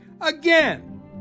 again